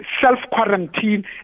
self-quarantine